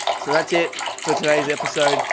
so that's it for today's episode.